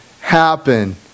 happen